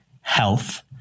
health